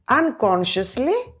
unconsciously